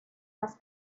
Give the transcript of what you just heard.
las